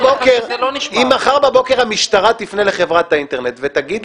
אם מחר בבוקר המשטרה תפנה לחברת האינטרנט ותגיד